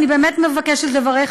אני באמת מבקשת לברך,